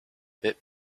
bit